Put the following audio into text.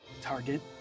Target